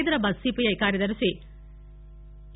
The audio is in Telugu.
హైదరాబాద్ సిపిఐ కార్యదర్ని ఇ